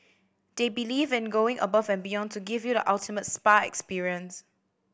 they believe in going above and beyond to give you the ultimate spa experience